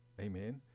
Amen